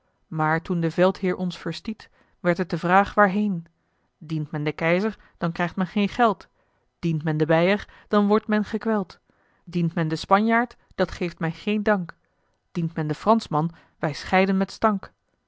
maar toen de veldheer ons verstiet werd het de vraag waarheen dient men den keizer dan krijgt men geen geld dient men den beier dan wordt men gekweld dient men den spanjaard dat geeft mij geen dank dient men den franschman wij scheiden met stank